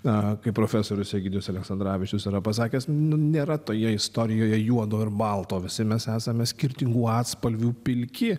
na kaip profesorius egidijus aleksandravičius yra pasakęs nu nėra toje istorijoje juodo ir balto visi mes esame skirtingų atspalvių pilki